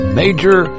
major